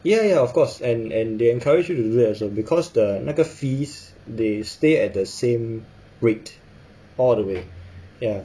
ya ya of course and and they encourage you to do that also because the 那个 fees they stay at the same rate all the way ya